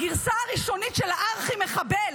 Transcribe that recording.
הגרסה הראשונית של הארכי-מחבל,